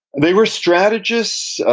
they were strategists,